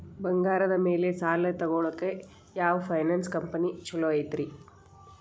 ಬಂಗಾರದ ಮ್ಯಾಲೆ ಸಾಲ ತಗೊಳಾಕ ಯಾವ್ ಫೈನಾನ್ಸ್ ಕಂಪನಿ ಛೊಲೊ ಐತ್ರಿ?